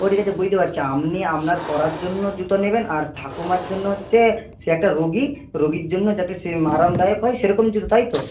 ও ঠিক আছে বুঝতে পারছি আপনি আপনার পরার জন্য জুতো নেবেন আর ঠাকুমার জন্য হচ্ছে সে একটা রোগী রোগীর জন্য যাতে সে আরামদায়ক হয় সেরকম জুতো তাই তো